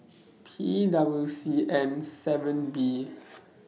P W C N seven B